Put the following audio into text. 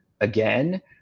again